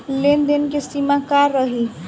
लेन देन के सिमा का रही?